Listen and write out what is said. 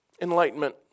enlightenment